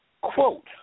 quote